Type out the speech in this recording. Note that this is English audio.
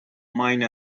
mine